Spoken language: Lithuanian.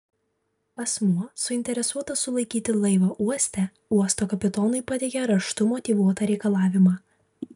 asmuo suinteresuotas sulaikyti laivą uoste uosto kapitonui pateikia raštu motyvuotą reikalavimą